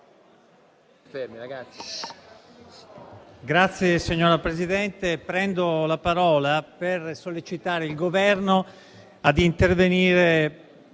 Signora Presidente, prendo la parola per sollecitare il Governo ad intervenire